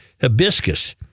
hibiscus